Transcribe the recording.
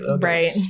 right